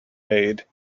made